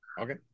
Okay